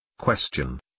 Question